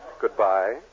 Goodbye